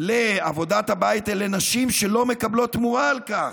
לעבודות הבית הן נשים, שלא מקבלות תמורה על כך.